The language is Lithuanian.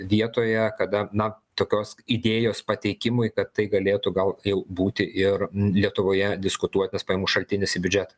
vietoje kada na tokios idėjos pateikimui kad tai galėtų gal jau būti ir lietuvoje diskutuotinas pajamų šaltinis į biudžetą